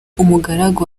umugaragu